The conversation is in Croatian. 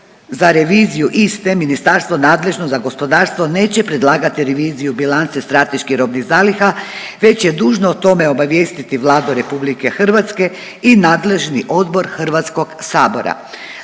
za reviziju iste ministarstvo nadležno za gospodarstvo neće predlagati reviziju bilance strateških robnih zaliha već je dužno o tome obavijestiti Vladu RH i nadležni odbor Hrvatskog sabora.